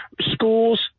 schools